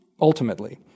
ultimately